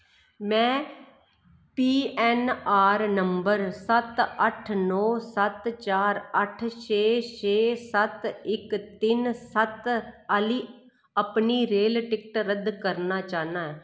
में P N R number सत्त अट्ठ नौ सत्त चार अट्ठ छे छे सत्त इक तिन्न सत्त आह्ली अपनी रेल टिकट रद्द करना चाह्न्नां ऐ